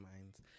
minds